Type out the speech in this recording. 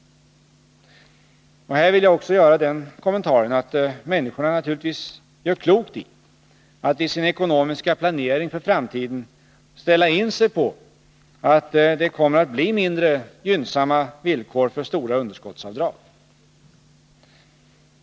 Här vill jag också göra den kommentaren att människorna naturligtvis gör klokt i att i sin ekonomiska planering för framtiden ställa in sig på att det kommer att bli mindre gynnsamma villkor för stora underskottsavdrag.